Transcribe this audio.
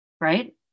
right